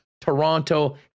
Toronto